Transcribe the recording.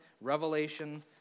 Revelation